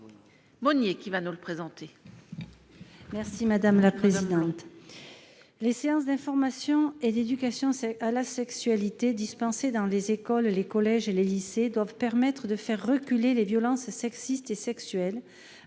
libellé : La parole est à Mme Marie-Pierre Monier. Les séances d'information et d'éducation à la sexualité dispensées dans les écoles, les collèges et les lycées doivent permettre de faire reculer les violences sexistes et sexuelles,